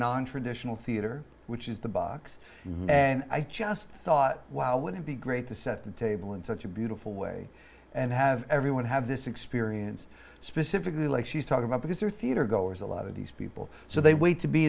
nontraditional theater which is the box and i just thought wow would it be great to set the table in such a beautiful way and have everyone have this experience specifically like she's talking about because they're theater goers a lot of these people so they wait to be